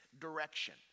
direction